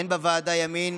אין בוועדה ימין